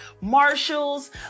Marshalls